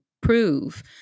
prove